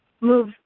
move